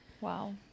Wow